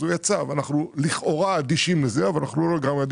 לכן אנחנו לכאורה אדישים לזה אבל לא לגמרי.